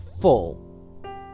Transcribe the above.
full